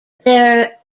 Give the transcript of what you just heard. their